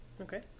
Okay